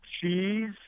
cheese